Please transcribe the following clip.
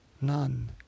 None